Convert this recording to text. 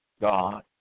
God